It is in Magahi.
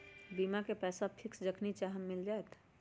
बीमा के पैसा फिक्स जखनि चाहम मिल जाएत?